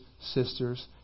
sisters